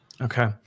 Okay